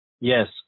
Yes